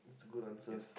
it's a good answer